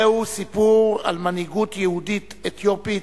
זהו סיפור על מנהיגות יהודית אתיופית,